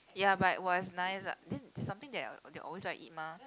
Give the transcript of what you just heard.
ya but it was nice ah then something that I would always like to eat mah